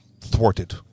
thwarted